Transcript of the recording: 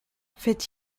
fait